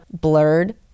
blurred